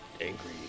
Angry